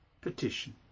petition